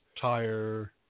Tire